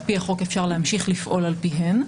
על פי החוק אפשר לפעול על פיהן.